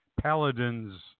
Paladin's